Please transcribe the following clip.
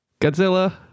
Godzilla